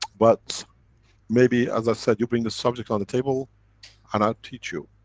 but maybe as i said, you bring the subject on the table and i'll teach you.